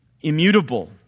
immutable